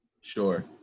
Sure